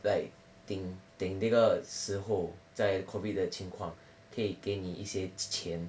like 顶顶这个时候在 COVID 的情况可以给你一些钱